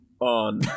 on